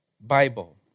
Bible